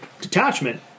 detachment